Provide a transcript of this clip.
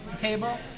table